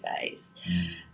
face